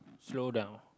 slow down